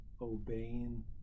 obeying